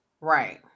right